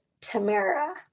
Tamara